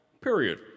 Period